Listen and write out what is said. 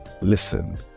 listen